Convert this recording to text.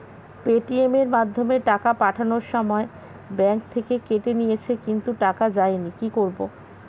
Paytm এর মাধ্যমে টাকা পাঠানোর সময় ব্যাংক থেকে কেটে নিয়েছে কিন্তু টাকা যায়নি কি করব?